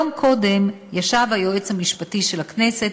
יום קודם ישב היועץ המשפטי של הכנסת